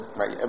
right